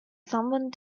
someone